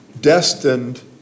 destined